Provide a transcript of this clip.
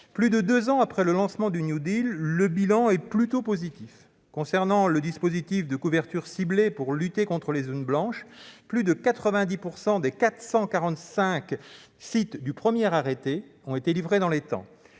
Plus de deux ans après le lancement du « New Deal », le bilan est plutôt positif. Concernant le dispositif de couverture ciblée pour lutter contre les zones blanches, plus de 90 % des 445 sites identifiés dans le premier arrêté ont été livrés dans les temps.